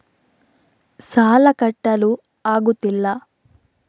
ಸಾಲ ಕಟ್ಟಲು ಆಗುತ್ತಿಲ್ಲ